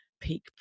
peak